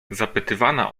zapytywana